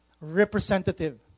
representative